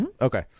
Okay